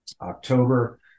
October